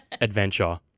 adventure